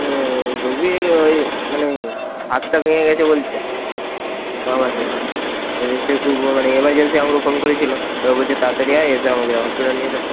রোগীর ওই মানে হাতটা ভেঙে গেছে বলছে বা হাতে এবার সে তো মানে এমার্জেন্সি আমাকে ফোন করেছিলো তো ও বলছে তাড়াতাড়ি আয় এসে আমাকে হসপিটাল নিয়ে চ